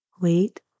Wait